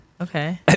Okay